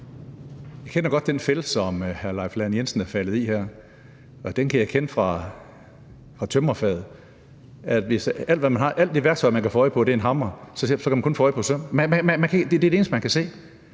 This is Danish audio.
Jeg kender godt den fælde, som hr. Leif Lahn Jensen er faldet i her. Den kan jeg kende fra tømrerfaget. Hvis alt det værktøj, man har, er en hammer, så kan man kun få øje på søm. Det er det eneste, man kan se.